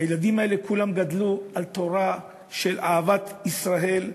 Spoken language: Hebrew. הילדים האלה, כולם גדלו על תורה של אהבת ישראל,